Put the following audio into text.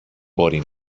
μπορεί